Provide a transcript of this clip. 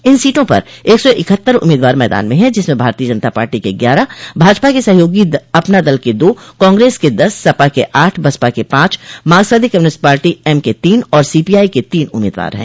इन सीटों पर एक सौ इकहत्तर उम्मीदवार मैदान में हैं जिसमें भारतीय जनता पार्टी के ग्यारह भाजपा के सहयोगी अपना दल के दो कांग्रेस के दस सपा के आठ बसपा के पांच मार्क्सवादी कम्युनिस्ट पार्टी एम के तीन और सीपीआई के तीन उम्मीदवार है